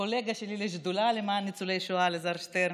קולגה שלי לשדולה למען ניצולי השואה, אלעזר שטרן.